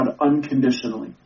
unconditionally